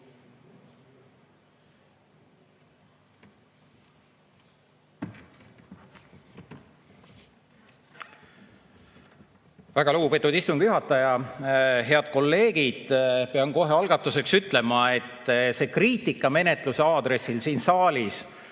Väga lugupeetud istungi juhataja! Head kolleegid! Pean kohe algatuseks ütlema, et see kriitika menetluse aadressil siin saalis